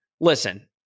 listen